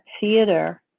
Theater